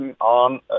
on